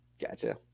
Gotcha